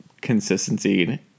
consistency